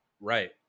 right